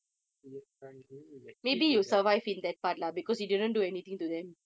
uh !ee! I hate lizards